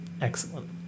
excellent